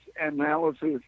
analysis